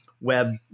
web